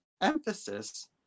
emphasis